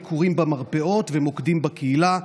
כולל ביקורים במרפאות ומוקדים בקהילה,